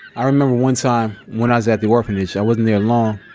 i remember one time when i was at the orphanage, i wasn't there long,